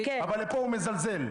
אבל פה הוא מזלזל.